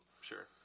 Sure